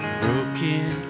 broken